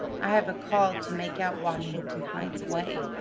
i have a call to make out washington heights way.